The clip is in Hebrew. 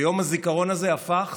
ויום הזיכרון הזה הפך